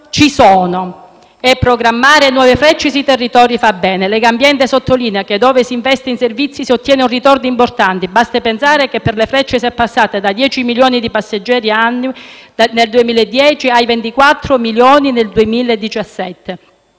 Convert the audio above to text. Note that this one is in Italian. ci sono e programmare nuove Frecce sui territori fa bene. Legambiente sottolinea che dove si investe i servizi si ottiene un ritorno importante, basti pensare che per le Frecce si è passati da 10 milioni di passeggeri annui, nel 2010, a 24 milioni nel 2017.